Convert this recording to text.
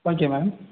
okay ma'am